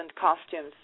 costumes